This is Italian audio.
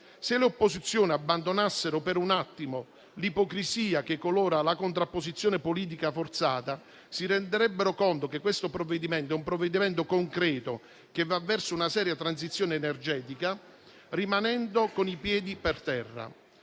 Se le opposizioni abbandonassero per un attimo l'ipocrisia che colora la contrapposizione politica forzata, si renderebbero conto che questo provvedimento è concreto e va verso una seria transizione energetica, rimanendo con i piedi per terra.